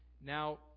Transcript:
Now